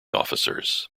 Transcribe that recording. officers